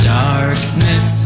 darkness